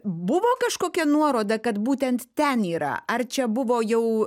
buvo kažkokia nuoroda kad būtent ten yra ar čia buvo jau